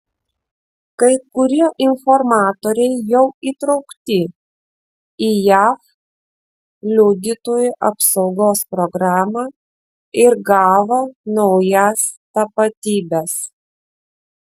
kai kurie informatoriai jau įtraukti į jav liudytojų apsaugos programą ir gavo naujas tapatybes